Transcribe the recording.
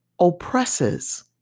oppresses